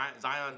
Zion